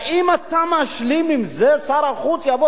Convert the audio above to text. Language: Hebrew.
האם אתה משלים עם זה ששר החוץ יבוא